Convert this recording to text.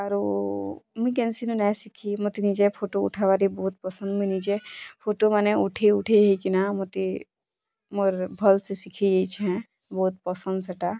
ଆରୁ ମୁଇଁ କେନସି ନାଇଁ ଶିଖି ମୋତେ ନିଜେ ଫଟୋ ଉଠାବାକେ ବହୁତ ପସନ୍ଦ ମୁଇଁ ନିଜେ ଫଟୋମାନେ ଉଠେଇ ଉଠେଇ ହୋଇକିନା ମୋତେ ମୋର ଭଲ ସେ ଶିଖି ଯାଇଛେ ବହୁତ ପସନ୍ଦ ସେଟା